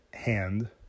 hand